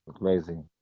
Amazing